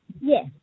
Yes